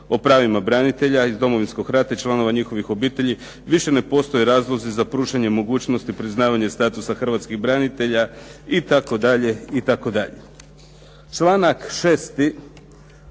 o pravima branitelja iz Domovinskog rata i članova njihovih obitelji više ne postoje razlozi za pružanjem mogućnosti priznavanja statusa hrvatskih branitelja itd.,